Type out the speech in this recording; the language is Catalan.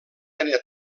era